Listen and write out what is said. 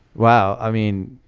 wow, i mean.